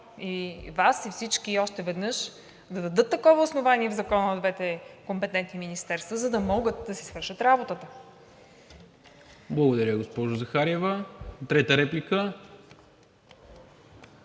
и Вас, и всички още веднъж да дадат такова основание в Закона на двете компетентни министерства, за да могат да си свършат работата. ПРЕДСЕДАТЕЛ НИКОЛА МИНЧЕВ: Благодаря, госпожо Захариева. Трета реплика?